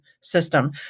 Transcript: system